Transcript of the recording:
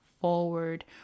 forward